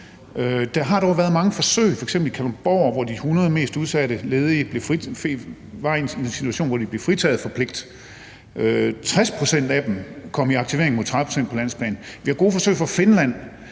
Der har dog været mange forsøg, f.eks. i Kalundborg, hvor de 100 mest udsatte ledige var i en situation, hvor de blev fritaget for pligt. 60 pct. af dem kom i aktivering mod 30 pct. på landsplan. Vi har set gode forsøg fra Finland,